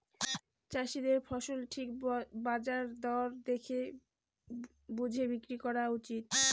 চাষীদের ফসল ঠিক বাজার দর দেখে বুঝে বিক্রি করা উচিত